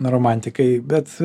romantikai bet